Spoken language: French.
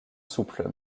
souples